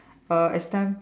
uh as time